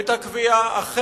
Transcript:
את הקביעה, לא נכון.